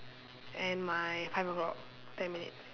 and my five o-clock ten minutes